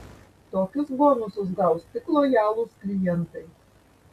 tokius bonusus gaus tik lojalūs klientai